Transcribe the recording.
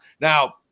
Now